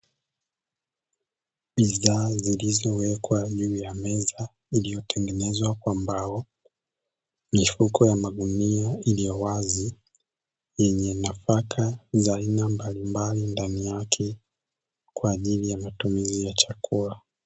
Bidhaa zilizowekwa juu ya meza iliyotengenezwa kwa mbao, mifuko ya magunia iliyowazi yenye nafaka za aina mbalimbali ndani yake kwa ajili ya matumizi ya chakula.